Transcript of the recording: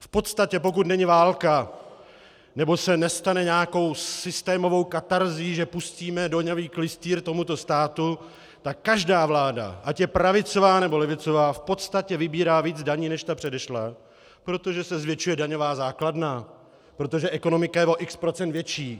V podstatě, pokud není válka nebo se nestane nějakou systémovou katarzí, že pustíme daňový klystýr tomuto státu, tak každá vláda, ať je pravicová, nebo levicová, v podstatě vybírá víc daní než ta předešlá, protože se zvětšuje daňová základna, protože ekonomika je o x procent větší.